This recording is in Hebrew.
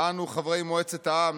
אנו חברי מועצת העם,